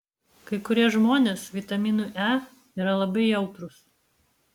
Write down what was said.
kai kurie žmonės vitaminui e yra labai jautrūs